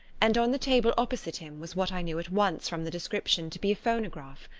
and on the table opposite him was what i knew at once from the description to be a phonograph.